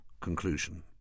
conclusion